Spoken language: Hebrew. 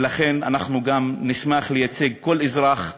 ולכן אנחנו גם נשמח לייצג כל אזרח,